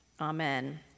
Amen